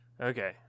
Okay